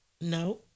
No